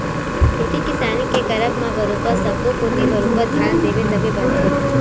खेती किसानी के करब म बरोबर सब्बो कोती बरोबर धियान देबे तब बनथे